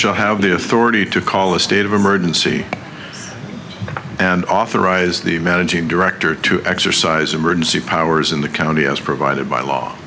shall have the authority to call a state of emergency and authorize the managing director to exercise emergency powers in the county as provided by law